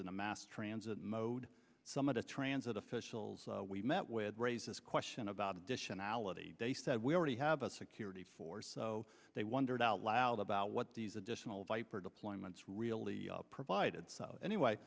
in a mass transit mode some of the transit officials we met with raised this question about additionality they said we already have a security force so they wondered out loud about what these additional viper deployments really provided so anyway